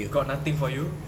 got nothing for you